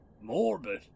Morbid